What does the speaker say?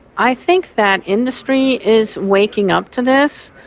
i think that industry is waking up to this,